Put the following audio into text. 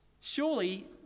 surely